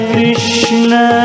Krishna